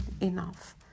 enough